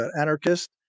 anarchist